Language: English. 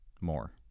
more